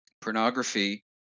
Pornography